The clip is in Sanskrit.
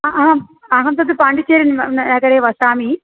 अ अहम् अहं तद् पाण्डिचेरि नगरे वसामि